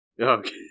okay